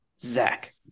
Zach